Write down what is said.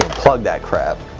unplug that crap.